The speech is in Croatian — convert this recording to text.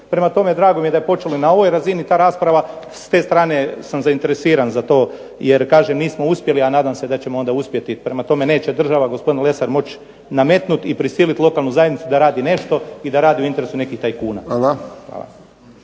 Prema tome, drago mi je da počela na ovoj razini ta rasprava. S te strane sam zainteresiran za to, jer kažem da nismo uspjeli, a nadam se da ćemo onda uspjeti. Prema tome, neće država moći gospodine Lesar nametnuti i prisiliti lokalnu zajednicu da radi nešto i da radi u interesu nekih tajkuna. Hvala.